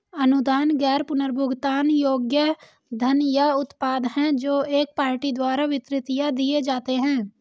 अनुदान गैर पुनर्भुगतान योग्य धन या उत्पाद हैं जो एक पार्टी द्वारा वितरित या दिए जाते हैं